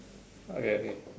okay okay